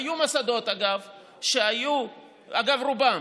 היו מוסדות, אגב, רובם,